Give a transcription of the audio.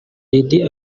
lydie